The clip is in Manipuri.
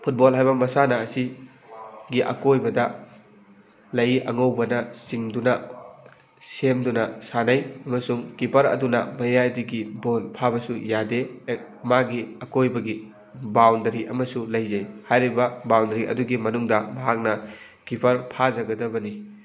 ꯐꯨꯠꯕꯣꯜ ꯍꯥꯏꯕ ꯃꯁꯥꯟꯅ ꯑꯁꯤ ꯒꯤ ꯑꯀꯣꯏꯕꯗ ꯂꯩꯏ ꯑꯉꯧꯕꯅ ꯆꯤꯡꯗꯨꯅ ꯁꯦꯝꯗꯨꯅ ꯁꯥꯟꯅꯩ ꯑꯃꯁꯨꯡ ꯀꯤꯞꯄꯔ ꯑꯗꯨꯅ ꯃꯌꯥꯏꯗꯒꯤ ꯕꯣꯜ ꯐꯥꯕꯁꯨ ꯌꯥꯗꯦ ꯍꯦꯛ ꯃꯥꯒꯤ ꯑꯀꯣꯏꯕꯒꯤ ꯕꯥꯎꯟꯗꯔꯤ ꯑꯃꯁꯨ ꯂꯩꯖꯩ ꯍꯥꯏꯔꯤꯕ ꯕꯥꯎꯟꯗꯔꯤ ꯑꯗꯨꯒꯤ ꯃꯅꯨꯡꯗ ꯃꯍꯥꯛꯅ ꯀꯤꯞꯄꯔ ꯐꯥꯖꯒꯗꯕꯅꯤ